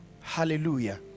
Hallelujah